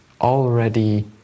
already